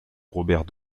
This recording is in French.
robert